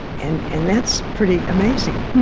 and and that's pretty amazing.